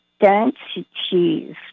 densities